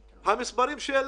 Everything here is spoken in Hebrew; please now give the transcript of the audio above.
הפנים,